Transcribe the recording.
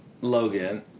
Logan